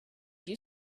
you